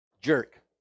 jerk